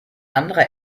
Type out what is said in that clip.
andere